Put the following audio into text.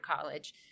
college